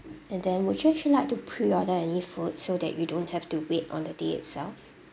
and then would you actually like to pre order any food so that you don't have to wait on the day itself